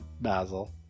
Basil